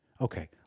Okay